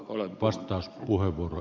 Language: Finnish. ugh olen puhunut